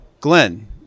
Glenn